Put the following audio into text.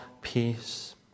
Peace